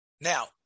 Now